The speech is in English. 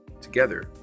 Together